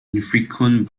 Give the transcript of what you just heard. infrequent